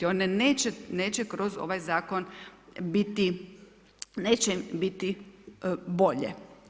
One neće kroz ovaj zakon neće biti bolje.